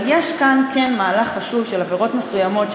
אבל כן יש כאן מהלך חשוב שתיקים בעבירות מסוימות,